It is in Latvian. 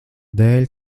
dēļ